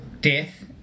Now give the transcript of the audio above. death